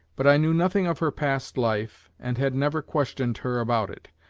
but i knew nothing of her past life and had never questioned her about it.